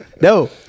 no